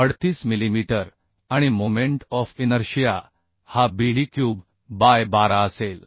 38 millimetre आणि moment of inertia हा BD cube by 12 असेल